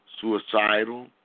suicidal